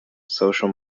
social